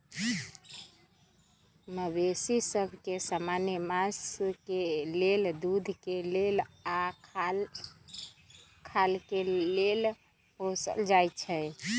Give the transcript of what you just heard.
मवेशि सभ के समान्य मास के लेल, दूध के लेल आऽ खाल के लेल पोसल जाइ छइ